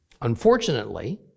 Unfortunately